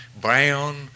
brown